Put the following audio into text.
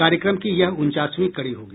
कार्यक्रम की यह उनचासवीं कड़ी होगी